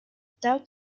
without